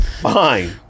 Fine